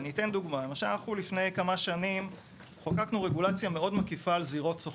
אני אתן דוגמה: לפני כמה שנים חוקקנו רגולציה מאוד מקיפה על זירות סוחר.